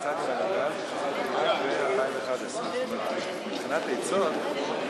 ההצעה להעביר את הצעת חוק חסינות חברי הכנסת,